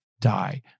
die